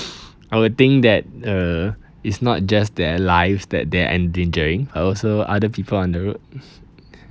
I would think that uh it's not just their lives that they're endangering but also other people on the road